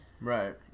right